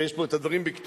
ויש פה את הדברים בכתובים,